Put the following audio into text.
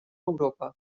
europa